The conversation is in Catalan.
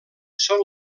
són